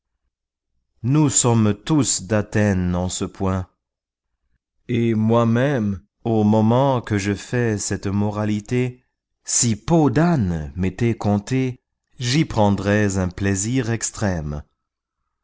nous sommes tous d'athène en ce point et moimême au moment que je fais cette moralité si peau dâne m'était conté j'y prendrais un plaisir extrême